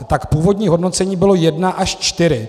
Tak původní hodnocení bylo jedna až čtyři.